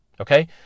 Okay